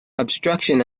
obstruction